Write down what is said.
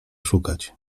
szukać